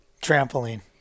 trampoline